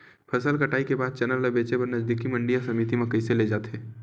फसल कटाई के बाद चना ला बेचे बर नजदीकी मंडी या समिति मा कइसे ले जाथे?